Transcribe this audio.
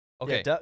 Okay